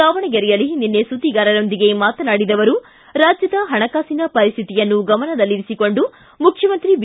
ದಾವಣಗೆರೆಯಲ್ಲಿ ನಿನ್ನೆ ಸುದ್ದಿಗಾರರೊಂದಿಗೆ ಮಾತನಾಡಿದ ಅವರು ರಾಜ್ಜದ ಹಣಕಾಸಿನ ಪರಿಸ್ವಿತಿಯನ್ನು ಗಮನದಲ್ಲಿರಿಸಿಕೊಂಡು ಮುಖ್ಯಮಂತ್ರಿ ಬಿ